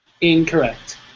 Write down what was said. Incorrect